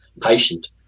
patient